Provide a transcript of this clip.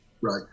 Right